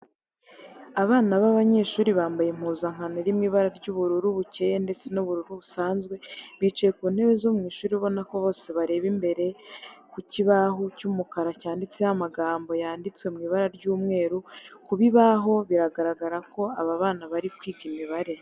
Abana b'abanyeshuri bambaye impuzankano iri mu ibara ry'ubururu bukeye ndetse n'ubururu busanzwe, bicaye ku ntebe zo mu ishuri ubona ko bose bareba imbere ku kibahu cy'umukara cyanditseho amagambo yanditswe mu ibara ry'umweru. Ku kibaho, biragaragara ko aba bana bari kwiga imibare.